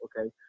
okay